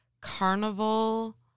Carnival